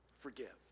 forgive